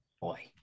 Boy